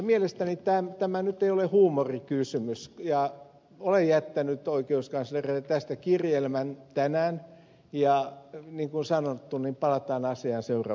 mielestäni tämä ei nyt ole huumorikysymys ja olen jättänyt oikeuskanslerille tästä kirjelmän tänään ja niin kuin sanottu palataan asiaan seuraavassa kertomuksessa